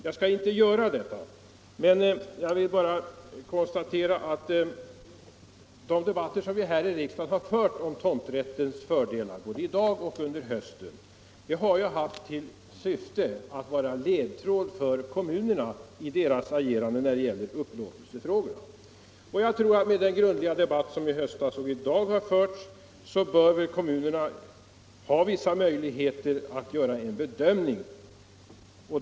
Jag skall inte göra detta; jag vill bara konstatera att de debatter som vi här i riksdagen har fört om tomträttens fördelar, både i dag och i höstas, har haft till syfte att ge en ledtråd för kommunerna i deras agerande när det gäller upplåtelsefrågor. Jag tror att kommunerna, efter den grundliga debatt som har förts i höstas och i dag, bör ha vissa möjligheter att göra en bedömning.